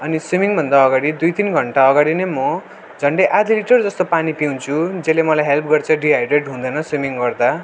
अनि स्विमिङभन्दा अगाडि दुई तिन घन्टा अगाडि नै म झन्डै आधा लिटर जस्तो पानी पिउँछु जसले मलाई हेल्प गर्छ डिहाइड्रेड हुँदैन स्विमिङ गर्दा